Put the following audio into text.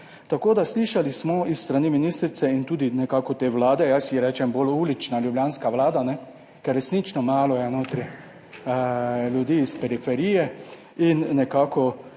Tako da, slišali smo s strani ministrice in tudi nekako te Vlade, jaz ji rečem bolj ulična ljubljanska vlada, ne, ker resnično malo je notri ljudi iz periferije in nekako